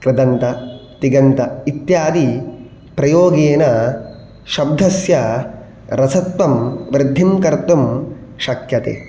कृदन्त तिङन्त इत्यादिप्रयोगेन शब्दस्य रसत्वं वृद्धिं कर्तुं शक्यते